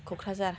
Kokrajhar